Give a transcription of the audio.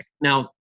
Now